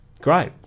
great